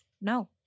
No